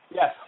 Yes